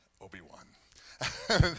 Obi-Wan